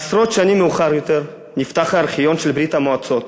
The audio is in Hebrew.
עשרות שנים מאוחר יותר נפתח הארכיון של ברית-המועצות,